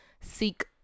seek